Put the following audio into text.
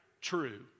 true